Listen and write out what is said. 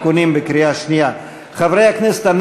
בקריאה שנייה על הסעיף הזה,